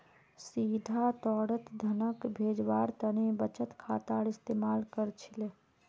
सीधा तौरत धनक भेजवार तने बचत खातार इस्तेमाल कर छिले